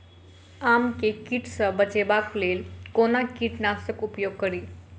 आम केँ कीट सऽ बचेबाक लेल कोना कीट नाशक उपयोग करि?